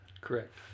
Correct